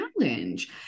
challenge